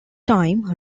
time